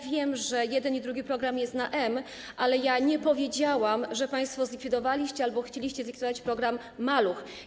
Wiem, że jeden i drugi program jest na „m”, ale ja nie powiedziałam, że państwo zlikwidowaliście albo chcieliście zlikwidować program „Maluch”